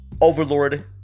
Overlord